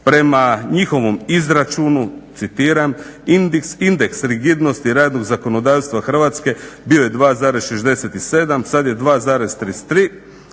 Prema njihovom izračunu, citiram: "indeks rigidnosti radnog zakonodavstva Hrvatske bio je 2,67, sad je 2,33",